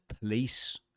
police